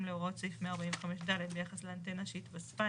להוראות סעיף 145ד ביחס לאנטנה שהתווספה,